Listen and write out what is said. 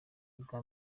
ubwa